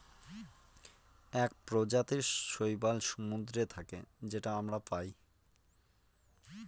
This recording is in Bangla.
এক প্রজাতির শৈবাল সমুদ্রে থাকে যেটা আমরা পায়